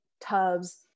tubs